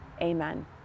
amen